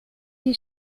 die